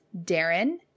Darren